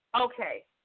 Okay